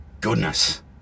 goodness